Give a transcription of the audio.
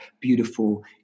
beautiful